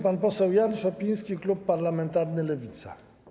Pan poseł Jan Szopiński, Klub Parlamentarny Lewica.